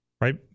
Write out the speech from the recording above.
Right